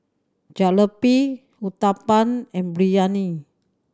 Jalebi Uthapam and Biryani